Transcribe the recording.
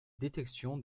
détection